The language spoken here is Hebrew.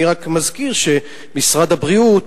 אני רק מזכיר שמשרד הבריאות,